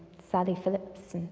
sally phillips,